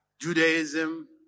Judaism